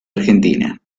argentina